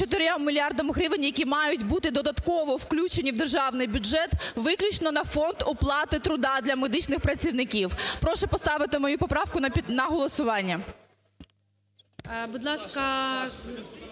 4 мільярдам гривень, які мають бути додатково включені в державний бюджет виключно на фонд оплати праці для медичних працівників. Прошу постаивти моя поправку на голосування.